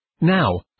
Now